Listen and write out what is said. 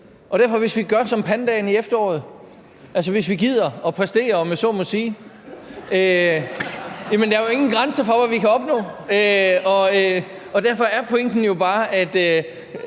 vi derfor gør som pandaen i efteråret, altså hvis vi gider at præstere, om man så må sige (Munterhed), så er der jo ingen grænser for, hvad vi kan opnå. Derfor er pointen jo bare: Lad